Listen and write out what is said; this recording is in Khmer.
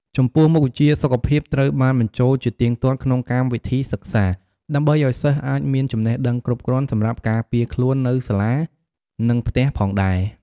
ចំពោះមុខវិជ្ជាសុខភាពត្រូវបានបញ្ចូលជាទៀងទាត់ក្នុងកម្មវិធីសិក្សា ដើម្បីឲ្យសិស្សអាចមានចំណេះដឹងគ្រប់គ្រាន់សម្រាប់ការពារខ្លួននៅសាលា និងផ្ទះផងដែរ។